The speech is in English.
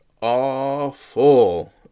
awful